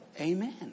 Amen